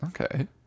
okay